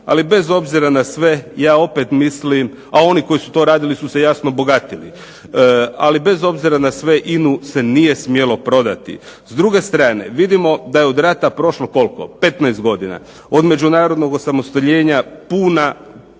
Ali bez obzira na sve ja opet mislim, a oni koji su to radili su se jasno bogatili. Ali bez obzira na sve INA-u se nije smjelo prodati. S druge strane vidimo da je od rata prošlo, koliko, 15 godina, od međunarodnog osamostaljenja punih